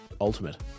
ultimate